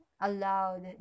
allowed